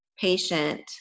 patient